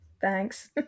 Thanks